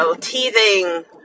teething